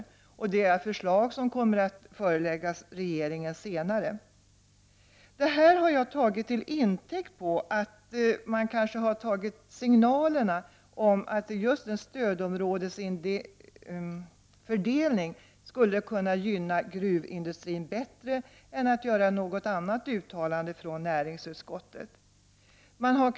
Det är ett förslag som kommer att föreläggas regeringen senare. Utskottet menar tydligen att ett åttalande om en stödområdesinplacering skulle kunna gynna gruvindustrin bättre än vad någon annan form av uttalande från näringsutskottet skulle göra.